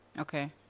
Okay